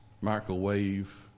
microwave